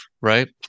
right